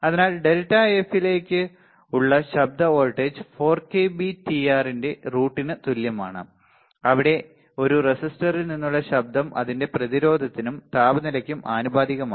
അതിനാൽ ഡെൽറ്റ എഫിലേക്ക് ഉള്ള ശബ്ദ voltage 4 k B T R ന്റെ റൂട്ടിന് തുല്യമാണ് ഇവിടെ ഒരു റെസിസ്റ്ററിൽ നിന്നുള്ള ശബ്ദം അതിന്റെ പ്രതിരോധത്തിനും താപനിലയ്ക്കും ആനുപാതികമാണ്